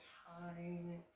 time